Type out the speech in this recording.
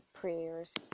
prayers